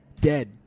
Dead